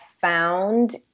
found